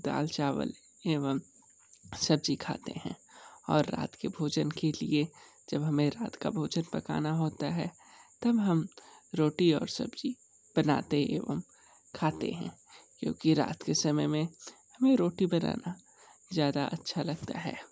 दाल चावल एवं सब्ज़ी खाते हैं और रात के भोजन के लिए जब हमें रात का भोजन पकाना होता है तब हम रोटी और सब्ज़ी बनाते एवं खाते हैं क्योंकि रात के समय में हमें रोटी बनाना ज़्यादा अच्छा लगता है